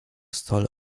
stole